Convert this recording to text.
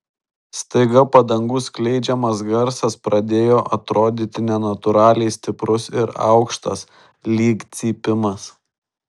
staiga padangų skleidžiamas garsas pradėjo atrodyti nenatūraliai stiprus ir aukštas lyg cypimas